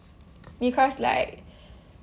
because like